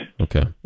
Okay